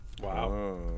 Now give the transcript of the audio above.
Wow